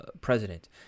president